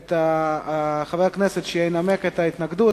את שמו של חבר הכנסת שינמק את ההתנגדות.